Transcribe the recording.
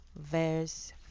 verse